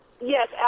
yes